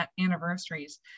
anniversaries